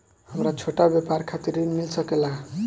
हमरा छोटा व्यापार खातिर ऋण मिल सके ला?